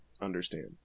understand